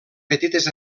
petites